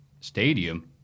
Stadium